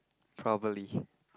probably